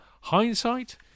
Hindsight